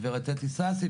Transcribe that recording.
גב' אתי סאסי,